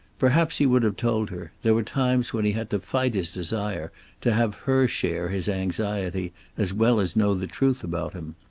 perhaps he would have told her there were times when he had to fight his desire to have her share his anxiety as well as know the truth about him.